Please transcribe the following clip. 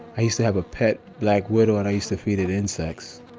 i used to have a pet black widow and i used to feed it insects.